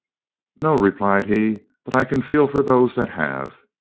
no, replied he, but i can feel for those that have.